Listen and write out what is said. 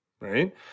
right